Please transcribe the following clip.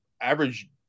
average